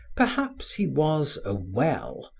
perhaps he was a well,